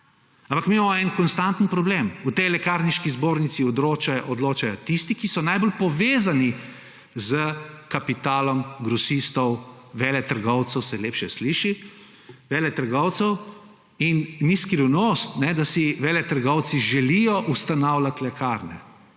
Ampak mi imamo en konstanten problem, v tej Lekarniški zbornici odločajo tisti, ki so najbolj povezani s kapitalom grosistov, veletrgovcev se lepše sliši, veletrgovcev. Ni skrivnost, da si veletrgovci želijo ustanavljati lekarne,